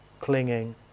clinging